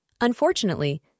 Unfortunately